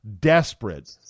desperate